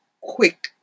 Quick